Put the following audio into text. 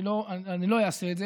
אני לא אעשה את זה,